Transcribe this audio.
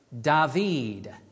David